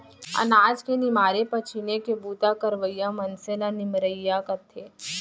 अनाज के निमारे पछीने के बूता करवइया मनसे ल निमरइया कथें